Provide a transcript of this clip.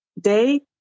day